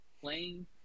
playing